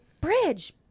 Bridge